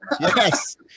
Yes